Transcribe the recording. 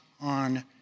on